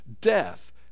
death